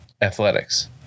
Athletics